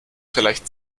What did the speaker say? vielleicht